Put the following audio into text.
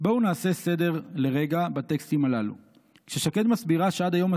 אז אני מעדיף להיות ענייני: "כדאי להבין משהו על